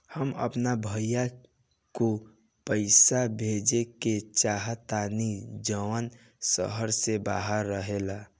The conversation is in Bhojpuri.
हम अपन भाई को पैसा भेजे के चाहतानी जौन शहर से बाहर रहेला